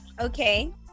Okay